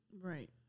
Right